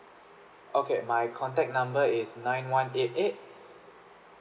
okay my contact number is nine one eight eight